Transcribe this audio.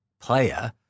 player